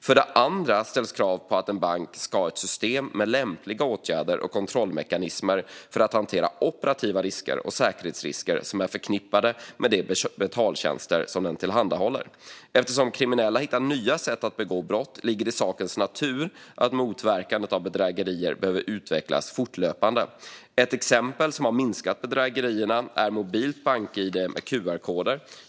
För det andra ställs krav på att en bank ska ha ett system med lämpliga åtgärder och kontrollmekanismer för att hantera operativa risker och säkerhetsrisker som är förknippade med de betaltjänster som den tillhandahåller. Eftersom kriminella hittar nya sätt att begå brott ligger det i sakens natur att motverkandet av bedrägerier behöver utvecklas fortlöpande. Ett exempel som har minskat bedrägerierna är mobilt bank-id med qr-koder.